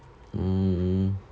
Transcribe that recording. mm